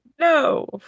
no